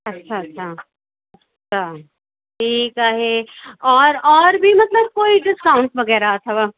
अच्छा अच्छा अच्छा ठीकु आहे और और बि मतलबु कोई डिस्काउंट वग़ैरह अथव